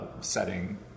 setting